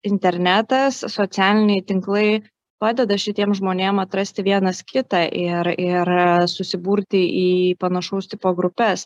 internetas socialiniai tinklai padeda šitiem žmonėm atrasti vienas kitą ir ir susiburti į panašaus tipo grupes